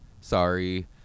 Sorry